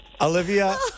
Olivia